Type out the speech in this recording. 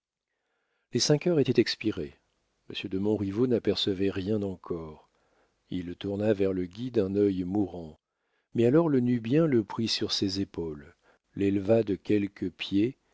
les cinq heures étaient expirées monsieur de montriveau n'apercevait rien encore il tourna vers le guide un œil mourant mais alors le nubien le prit sur ses épaules l'éleva de quelques pieds